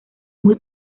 muy